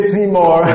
Seymour